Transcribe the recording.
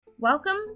Welcome